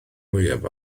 leiaf